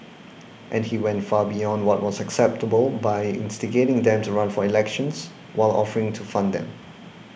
and he went far beyond what was acceptable by instigating them to run for elections while offering to fund them